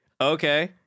Okay